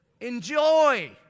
Enjoy